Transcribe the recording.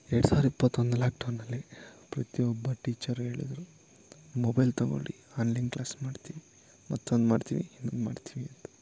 ಎರಡು ಸಾವಿರ ಇಪ್ಪತ್ತೊಂದು ಲಾಕ್ಡೌನಲ್ಲಿ ಪ್ರತಿ ಒಬ್ಬ ಟೀಚರ್ ಹೇಳದ್ರು ಮೊಬೈಲ್ ತಗೊಳ್ಳಿ ಆನ್ಲೈನ್ ಕ್ಲಾಸ್ ಮಾಡ್ತೀವಿ ಮತ್ತೊಂದು ಮಾಡ್ತೀವಿ ಇನ್ನೊಂದು ಮಾಡ್ತೀವಿ ಅಂತ